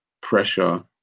pressure